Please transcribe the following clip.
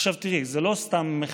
עכשיו תראי, זו לא סתם מחאה,